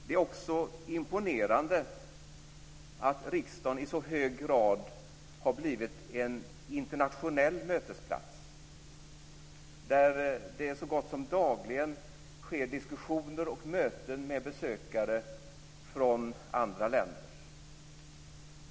Det är också imponerande att riksdagen i så hög grad har blivit en internationell mötesplats, där det så gott som dagligen sker diskussioner och möten med besökare från andra länder.